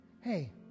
Hey